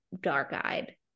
dark-eyed